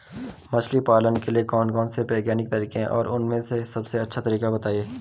मछली पालन के लिए कौन कौन से वैज्ञानिक तरीके हैं और उन में से सबसे अच्छा तरीका बतायें?